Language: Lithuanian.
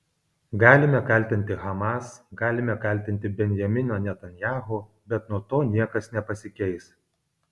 galime kaltinti hamas galime kaltinti benjaminą netanyahu bet nuo to niekas nepasikeis